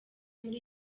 muri